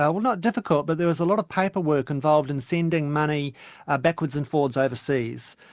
well not difficult, but there was a lot of paperwork involved in sending money ah backwards and forwards overseas.